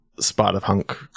Spider-punk